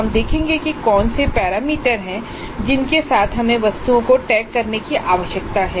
हम देखेंगे कि कौन से पैरामीटर हैं जिनके साथ हमें वस्तुओं को टैग करने की आवश्यकता है